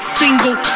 single